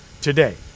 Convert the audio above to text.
today